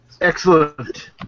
Excellent